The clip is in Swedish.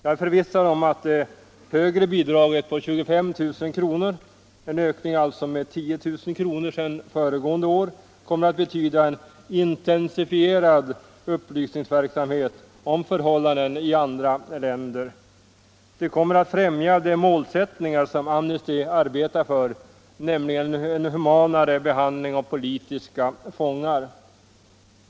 Jag är förvissad om att det högre bidraget på 25 000 kr. — en ökning med 10 000 kr. sedan föregående år - kommer att betyda intensifierad upplysningsverksamhet om förhållanden i andra länder. Det kommer att främja en målsättning som Amnesty arbetar för, nämligen en humanare behandling av politiska fångar.